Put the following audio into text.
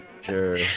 sure